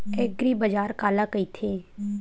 एग्रीबाजार काला कइथे?